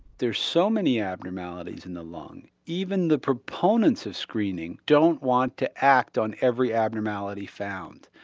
there are so many abnormalities in the lung, even the proponents of screening don't want to act on every abnormality found.